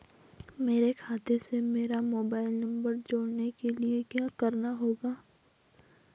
मेरे खाते से मेरा मोबाइल नम्बर जोड़ने के लिये क्या करना होगा?